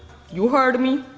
you heard me.